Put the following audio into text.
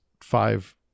five